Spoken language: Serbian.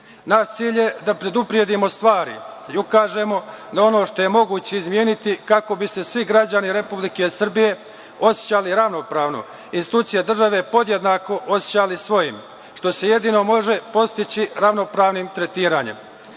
cilj je da predupredimo stvari i ukažemo na ono što je moguće izmeniti, kako bi se svi građani Republike Srbije osećali ravnopravno, institucije države podjednako osećali svojim, što se jedino može postići ravnopravnim tretiranjem.